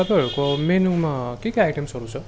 तपाईँहरूको मेनुमा के के आइटम्सहरू छ